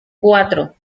cuatro